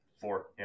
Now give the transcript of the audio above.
four